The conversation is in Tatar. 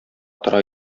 тора